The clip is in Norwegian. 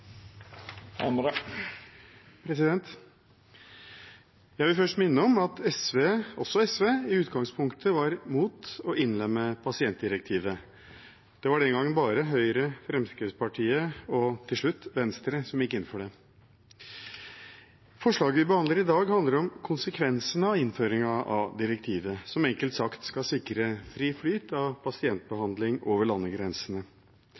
Jeg vil først minne om at også SV i utgangspunktet var mot å innlemme pasientdirektivet. Det var den gang bare Høyre, Fremskrittspartiet og til slutt Venstre som gikk inn for det. Forslaget vi behandler i dag, handler om konsekvensene av innføringen av direktivet, som enkelt sagt skal sikre fri flyt av pasientbehandling over landegrensene.